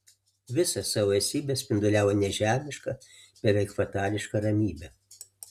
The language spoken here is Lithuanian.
visą savo esybe spinduliavo nežemišką beveik fatališką ramybę